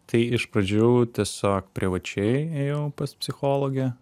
tai iš pradžių tiesiog privačiai ėjau pas psichologę